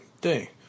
day